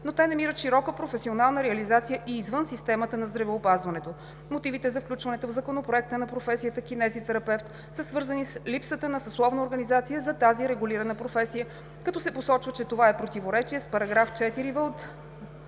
но те намират широка професионална реализация и извън системата на здравеопазването. Мотивите за включването в Законопроекта на професията „кинезитерапевт“ са свързани с липсата на съсловна организация за тази регулирана професия, като се посочва че това е в противоречие с § 4в от